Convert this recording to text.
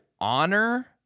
honor